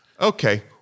Okay